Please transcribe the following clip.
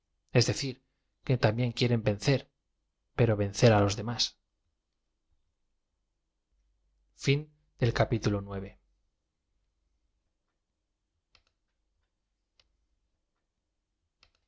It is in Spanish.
es decir que también quieren vencer pero vencer á los demás